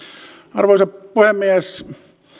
arvoisa puhemies